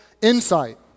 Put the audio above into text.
Insight